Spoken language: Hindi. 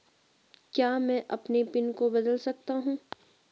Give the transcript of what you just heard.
क्या मैं अपने पिन को बदल सकता हूँ?